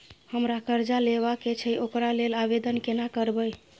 हमरा कर्जा लेबा के छै ओकरा लेल आवेदन केना करबै?